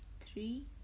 three